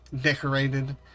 decorated